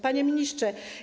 Panie Ministrze!